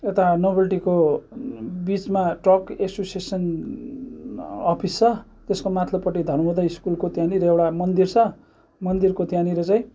यता नोभेल्टीको बिचमा ट्रक एसोसिएसन अफिस छ त्यसको माथिल्लोपट्टि धर्मोदय स्कुलको त्यहाँनिर एउटा मन्दिर छ मन्दिरको त्यहाँनिर चाहिँ